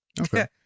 okay